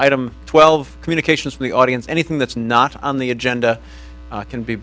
item twelve communications for the audience anything that's not on the agenda can be